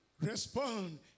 Respond